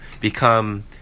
become